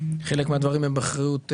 חלק מהדברים הם באחריות ממשלה,